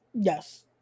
Yes